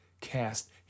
cast